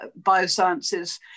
biosciences